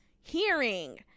hearing